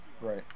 Right